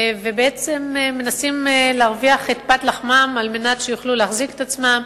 ובעצם מנסים להרוויח את פת לחמם על מנת שיוכלו להחזיק את עצמם,